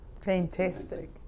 Fantastic